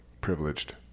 privileged